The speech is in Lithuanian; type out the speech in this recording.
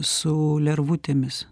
su lervutėmis